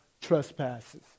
trespasses